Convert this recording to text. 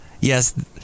Yes